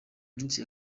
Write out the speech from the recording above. iminsi